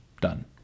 Done